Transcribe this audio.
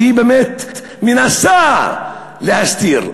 שהיא באמת מנסה להסתיר.